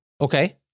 Okay